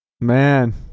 Man